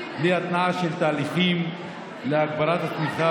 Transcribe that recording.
בלי התנעה של תהליכים להגברת הצמיחה